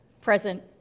present